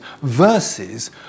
versus